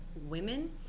women